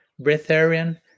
breatharian